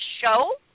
show